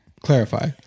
Clarify